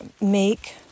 make